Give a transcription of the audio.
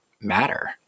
matter